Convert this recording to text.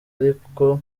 ariko